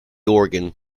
organ